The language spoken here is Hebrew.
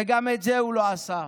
וגם את זה הוא לא עשה.